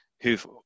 who've